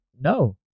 No